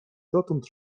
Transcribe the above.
dotąd